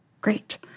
Great